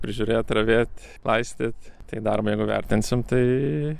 prižiūrėt ravėt laistyt tai darbą jeigu vertinsim tai